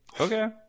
Okay